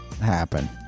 happen